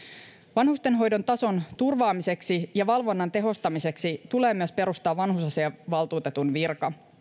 vanhustenhoidon tason turvaamiseksi ja valvonnan tehostamiseksi tulee myös perustaa vanhusasiainvaltuutetun virka